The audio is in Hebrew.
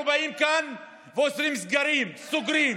אנחנו באים כאן ועושים סגרים, סוגרים.